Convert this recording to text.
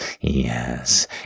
yes